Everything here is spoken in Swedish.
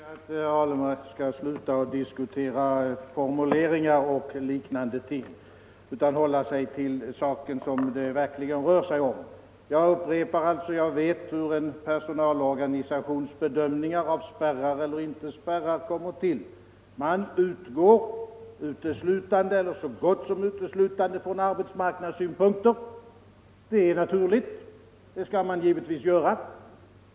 Fru talman! Jag tycker att herr Alemyr skall sluta att diskutera formuleringar och liknande ting utan hålla sig till vad det verkligen rör sig om. Jag upprepar att jag vet hur en personalorganisations bedömningar av spärrar eller inte spärrar kommer till. Man utgår så gott som uteslutande från arbetsmarknadssituationen. Det är naturligt, och det skall man givetvis göra.